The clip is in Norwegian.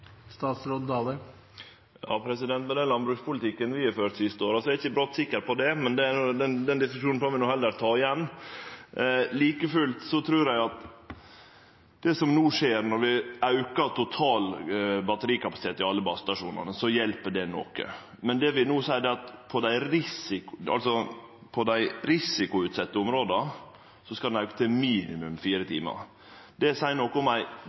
Med den landbrukspolitikken vi har ført dei siste åra, er eg ikkje brått sikker på det, men den diskusjonen får vi heller ta igjen. Like fullt trur eg at når vi aukar den totale batterikapasiteten i alle basestasjonane, hjelper det noko. Men det vi no seier, er at ein på dei risikoutsette områda skal auke til minimum fire timar. Det seier noko om